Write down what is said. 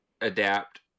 adapt